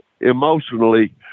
emotionally